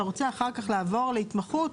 אתה רוצה אחר כך לעבור להתמחות?